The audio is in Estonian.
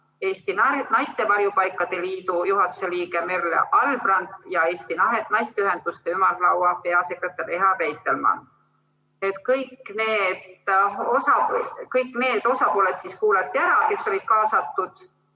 Eesti Naiste Varjupaikade Liidu juhatuse liige Merle Albrant ja Eesti Naisteühenduste Ümarlaua peasekretär Eha Reitelmann. Kõik need osapooled kuulati ära, kes olid kaasatud,